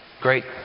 Great